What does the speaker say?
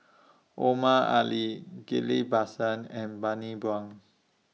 Omar Ali Ghillie BaSan and Bani Buang